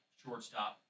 shortstop